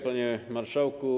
Panie Marszałku!